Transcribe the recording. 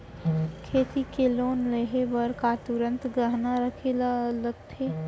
खेती के लोन लेहे बर का तुरंत गहना रखे लगथे?